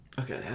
Okay